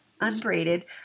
Unbraided